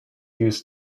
used